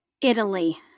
Italy